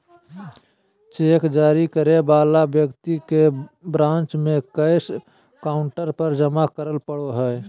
cheque जारी करे वाला व्यक्ति के ब्रांच में कैश काउंटर पर जमा करे पड़ो हइ